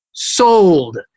sold